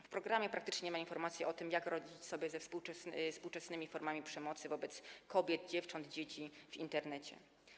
W programie praktycznie nie ma informacji o tym, jak radzić sobie ze współczesnymi formami przemocy wobec kobiet, dziewcząt, dzieci w Internecie.